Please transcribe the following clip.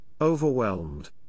overwhelmed